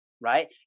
right